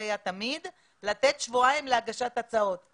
אני